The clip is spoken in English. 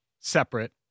separate